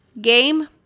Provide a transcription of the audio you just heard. Game